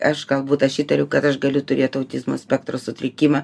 aš galbūt aš įtariu kad aš galiu turėt autizmo spektro sutrikimą